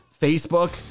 Facebook